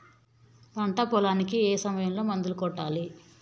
పంట పొలానికి ఏ సమయంలో మందులు కొట్టాలి?